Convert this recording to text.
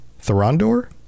Thorondor